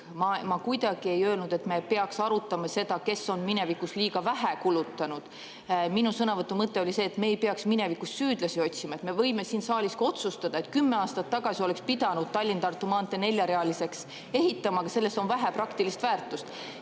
Ma kuidagi ei öelnud, et me peaks arutama seda, kes on minevikus liiga vähe kulutanud. Minu sõnavõtu mõte oli see, et me ei peaks minevikust süüdlasi otsima. Me võime siin saalis otsustada, et kümme aastat tagasi oleks pidanud Tallinna–Tartu maantee ehitama neljarealiseks, aga sellel on vähe praktilist väärtust.